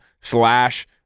slash